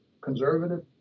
conservative